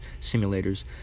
simulators